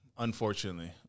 Unfortunately